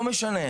לא משנה.